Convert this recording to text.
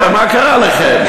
מה קרה לכם?